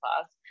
class